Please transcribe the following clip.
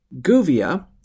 Guvia